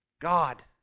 God